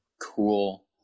cool